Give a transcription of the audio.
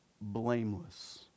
blameless